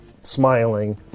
smiling